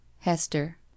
Hester